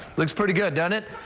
looks pretty good, doesn't it?